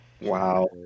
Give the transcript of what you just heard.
Wow